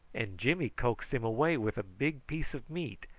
and jimmy coaxed him away with a big piece of meat,